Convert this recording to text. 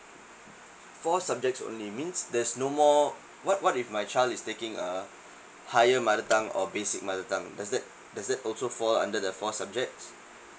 four subjects only means there's no more what what if my child is taking uh higher mother tongue or basic mother tongue does that does that also fall under the four subjects